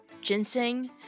ginseng